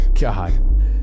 God